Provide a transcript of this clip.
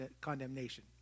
condemnation